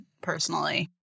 personally